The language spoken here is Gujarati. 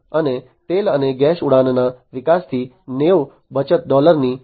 અને તેલ અને ગેસ ઉદ્યોગોના વિકાસથી 90 અબજ ડોલરની બચત થશે